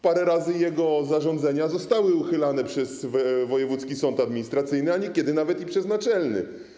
Parę razy jego zarządzenia zostały uchylone przez wojewódzki sąd administracyjny, a niekiedy nawet i przez naczelny.